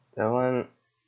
that one